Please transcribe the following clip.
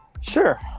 Sure